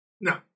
No